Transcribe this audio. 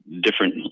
different